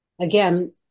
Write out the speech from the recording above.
Again